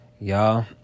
y'all